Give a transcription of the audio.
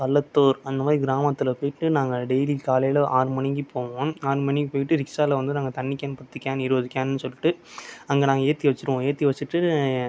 பள்ளத்தூர் அந்த மாதிரி கிராமத்தில் போயிட்டு நாங்கள் டெய்லி காலையில் ஆறுமணிக்கு போவோம் ஆறு மணிக்கு போயிட்டு ரிக்க்ஷாவில் வந்து நாங்கள் தண்ணி கேன் பத்து கேன் இருபது கேன்னு சொல்லிட்டு அங்கே நாங்கள் ஏற்றி வச்சுருவோம் ஏற்றி வச்சுட்டு